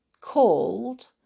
called